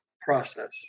process